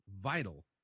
vital